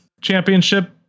championship